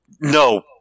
no